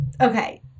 Okay